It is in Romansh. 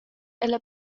ella